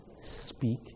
speak